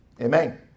Amen